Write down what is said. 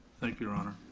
thank you your honor.